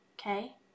okay